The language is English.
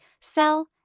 sell